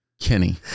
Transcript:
Kenny